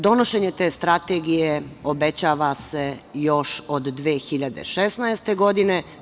Donošenje te strategije obećava se još od 2016. godine.